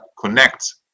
connect